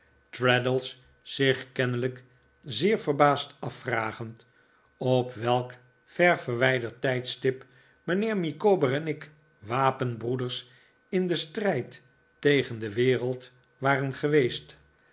tradles zich kennelijk zeer verbaasd afvragend op welk ver verwijderd tijdstip mijnheer micawber en ik wapenbroeders in den strijd tegen de wereld waren geweest